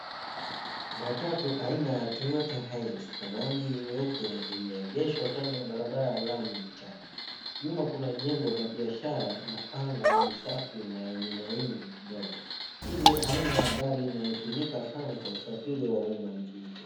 Matatu aina ya Toyota Hiace rangi nyeupe imeegeshwa kando ya barabara ya lami mchana. Nyuma kuna jengo la biashara na anga ni safi na yenye mawingu madogo. Hii ni aina ya gari inayotumika sana kwa usafiri wa umma nchini Kenya.